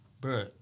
bro